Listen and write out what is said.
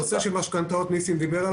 בנושא המשכנתאות ניסים דיבר,